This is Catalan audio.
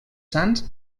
sants